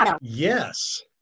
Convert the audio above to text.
Yes